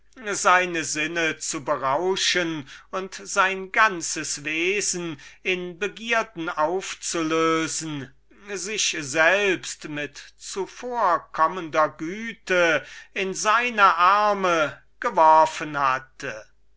seine sinnen zu berauschen und sein ganzes wesen in wollüstige begierden aufzulösen sich selbst mit zuvorkommender güte in seine arme geworfen hatte und